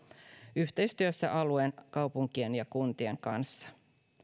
yhteistyössä alueen kaupunkien ja kuntien kanssa